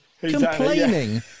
complaining